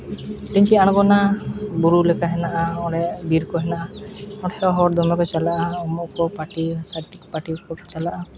ᱞᱤᱸᱡᱤ ᱟᱲᱜᱚᱱᱟ ᱵᱩᱨᱩ ᱞᱮᱠᱟ ᱦᱮᱱᱟᱜᱼᱟ ᱚᱸᱰᱮ ᱵᱤᱨ ᱠᱚ ᱦᱮᱱᱟᱜᱼᱟ ᱚᱸᱰᱮ ᱦᱚᱲ ᱫᱚᱢᱮ ᱠᱚ ᱪᱟᱞᱟᱜᱼᱟ ᱩᱢᱩᱜᱼᱟᱠᱚ ᱯᱟᱹᱴᱤᱼᱯᱟᱹᱴᱤ ᱠᱚᱠᱚ ᱪᱟᱞᱟᱜᱼᱟ